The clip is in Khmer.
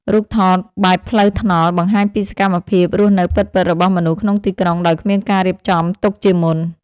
រូបថតបែបផ្លូវថ្នល់ បង្ហាញពីសកម្មភាពរស់នៅពិតៗរបស់មនុស្សក្នុងទីក្រុងដោយគ្មានការរៀបចំទុកជាមុន។